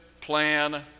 plan